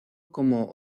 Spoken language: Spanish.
como